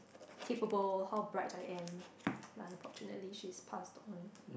capable how bright I am but unfortunately she's passed on